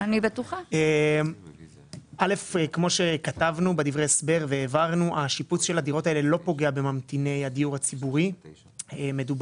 כל מקרה לגופו, במידת הצורך